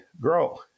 grow